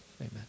Amen